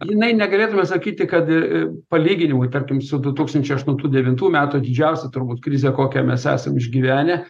jinai negalėtume sakyti kad į palyginimui tarkim su du tūkstančiai aštuntų devintų metų didžiausia turbūt krize kokią mes esam išgyvenę